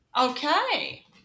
Okay